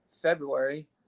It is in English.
February